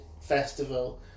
festival